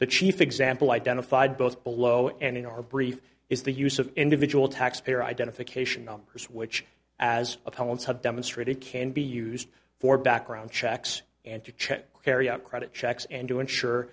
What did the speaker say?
the chief example identified both below and in our brief is the use of individual taxpayer identification numbers which as opponents have demonstrated can be used for background checks and to check carry out credit checks and to ensure